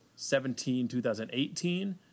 2017-2018 –